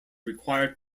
required